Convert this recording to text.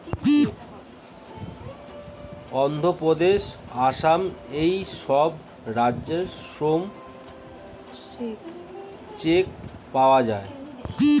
অন্ধ্রপ্রদেশ, আসাম এই সব রাজ্যে শ্রম চেক পাওয়া যায়